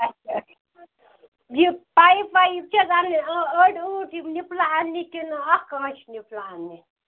اَچھا ا چھا یہِ پایِپ وایِپ چھ حظ اَنٕنۍ أڑۍ ٲنٹھ یہِ نِپلہٕ اَننہِ کِنہٕ اَکھ آنٛچہ نِپلہٕ اَننہِ